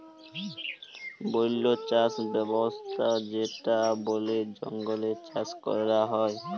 বল্য চাস ব্যবস্থা যেটা বলে জঙ্গলে চাষ ক্যরা হ্যয়